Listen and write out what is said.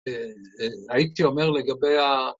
‫הייתי אומר לגבי ה...